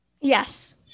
Yes